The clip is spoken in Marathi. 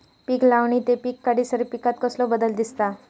पीक लावणी ते पीक काढीसर पिकांत कसलो बदल दिसता?